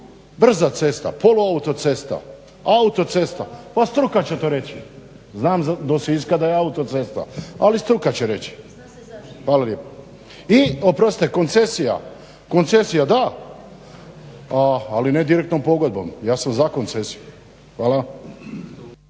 brza cesta, polu autocesta, autocesta, pa struka će to reći. Znam da do Siska je autocesta, ali struka će reći. Hvala lijepo. I oprostite koncesija da, ali ne direktnom pogodbom. Ja sam za koncesiju. Hvala.